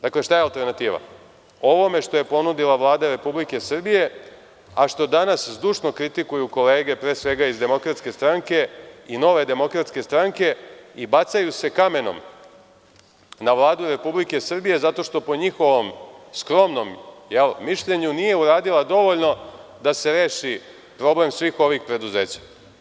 Dakle, šta je alternativa ovome što je ponudila Vlada Republike Srbije, a što danas zdušno kritikuju kolege, pre svega iz DS i Nove demokratske stranke i bacaju se kamenom na Vladu Republike Srbije zato što po njihovom skromnom mišljenju nije uradila dovoljno da se reši problem svih ovih preduzeća?